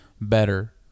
better